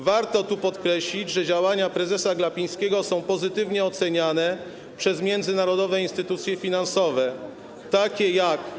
Warto podkreślić, że działania prezesa Glapińskiego są pozytywnie oceniane przez międzynarodowe instytucje finansowe, takie jak.